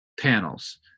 panels